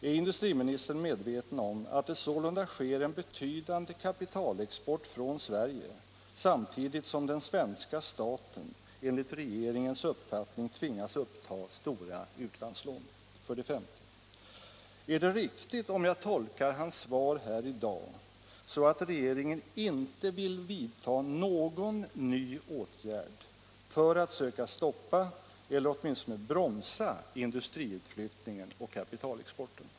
Är industriministern medveten om att det sålunda sker en betydande kapitalexport från Sverige samtidigt som svenska staten enligt regeringens uppfattning tvingas uppta stora utlandslån? 5. Är det riktigt om jag tolkar industriministerns svar här i dag så att regeringen inte vill vidta någon ny åtgärd för att söka stoppa eller åtminstone bromsa industriutflyttningen och kapitalexporten?